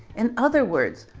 in other words,